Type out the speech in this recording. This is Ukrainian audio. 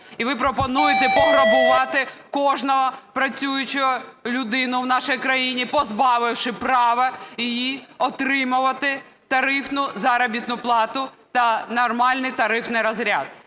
І ви пропонуєте пограбувати кожну працюючу людину в нашій країні, позбавивши права її отримувати тарифну заробітну плату та нормальний тарифний розряд.